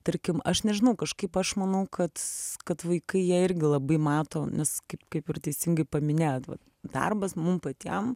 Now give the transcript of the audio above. tarkim aš nežinau kažkaip aš manau kad kad vaikai jie irgi labai mato nes kaip kaip ir teisingai paminėjot vat darbas mum patiem